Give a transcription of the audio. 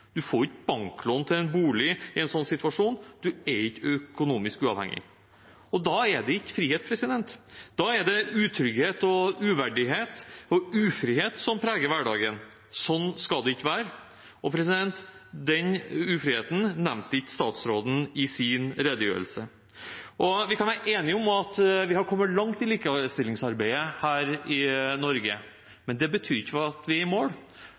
får ikke banklån til en bolig i en slik situasjon, man er ikke økonomisk uavhengig. Da er det ikke frihet, da er det utrygghet og uverdighet og ufrihet som preger hverdagen. Slik skal det ikke være, og den ufriheten nevnte ikke statsråden i sin redegjørelse. Vi kan være enige om at vi har kommet langt i likestillingsarbeidet her i Norge, men det betyr ikke at vi er i mål.